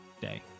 day